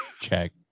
check